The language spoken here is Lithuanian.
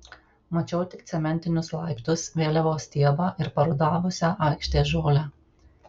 mačiau tik cementinius laiptus vėliavos stiebą ir parudavusią aikštės žolę